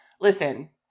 listen